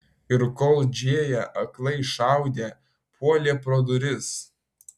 ir kol džėja aklai šaudė puolė pro duris